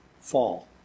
fall